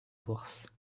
bourse